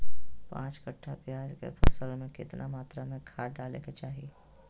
पांच कट्ठा प्याज के फसल में कितना मात्रा में खाद डाले के चाही?